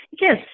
Yes